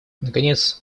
наконец